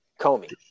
Comey